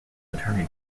attorney